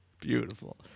Beautiful